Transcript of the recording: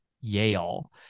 Yale